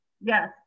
Yes